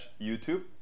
YouTube